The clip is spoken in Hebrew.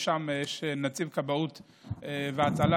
יש שם נציב כבאות והצלה